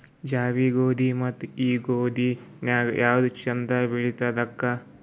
ಜವಿ ಗೋಧಿ ಮತ್ತ ಈ ಗೋಧಿ ನ್ಯಾಗ ಯಾವ್ದು ಛಂದ ಬೆಳಿತದ ಅಕ್ಕಾ?